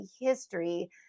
history